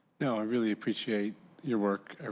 no. i really appreciate your work. ah